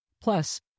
Plus